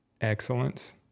excellence